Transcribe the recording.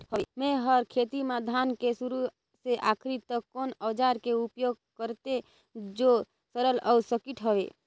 मै हर खेती म धान के शुरू से आखिरी तक कोन औजार के उपयोग करते जो सरल अउ सटीक हवे?